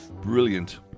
Brilliant